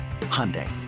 Hyundai